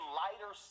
lighter